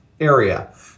area